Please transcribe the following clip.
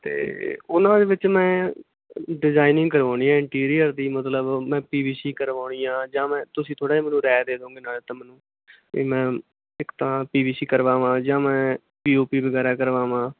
ਅਤੇ ਉਹਨਾਂ ਦੇ ਵਿੱਚ ਮੈਂ ਡਿਜ਼ਾਇਨਿੰਗ ਕਰਵਾਉਣੀ ਆ ਇੰਟੀਰੀਅਰ ਦੀ ਮਤਲਬ ਮੈਂ ਪੀ ਵੀ ਸੀ ਕਰਵਾਉਣੀ ਆ ਜਾਂ ਮੈਂ ਤੁਸੀਂ ਥੋੜਾ ਮੈਨੂੰ ਰਾਏ ਦੇ ਦੋਗੇ ਨਾਲੇ ਤਾਂ ਮੈਨੂੰ ਵੀ ਮੈਂ ਇੱਕ ਤਾਂ ਪੀ ਵੀ ਸੀ ਕਰਵਾਵਾਂ ਜਾਂ ਮੈਂ ਪੀ ਓ ਪੀ ਵਗੈਰਾ ਕਰਵਾਵਾਂ